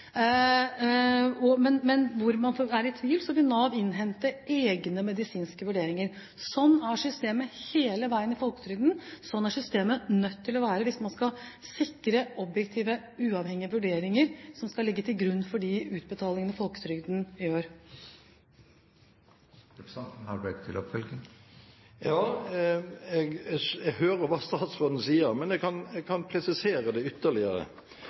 men der man er i tvil, vil Nav innhente egne medisinske vurderinger. Sånn er systemet hele veien i Folketrygden. Sånn er systemet nødt til å være hvis man skal sikre objektive, uavhengige vurderinger som skal ligge til grunn for de utbetalingene Folketrygden gjør. Jeg hører hva statsråden sier, men jeg kan presisere det ytterligere.